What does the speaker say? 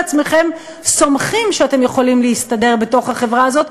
על עצמכם סומכים שאתם יכולים להסתדר בתוך החברה הזאת,